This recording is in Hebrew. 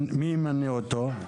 מי ימנה אותו?